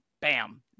bam